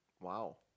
Wow